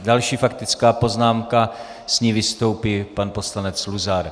Další faktická poznámka, s ní vystoupí pan poslanec Luzar.